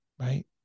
right